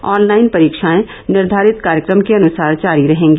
online परीक्षाएं निर्धारित कार्यक्रम के अनुसार जारी रहेंगी